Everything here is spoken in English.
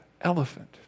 elephant